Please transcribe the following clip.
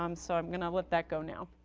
um so i'm going to let that go now.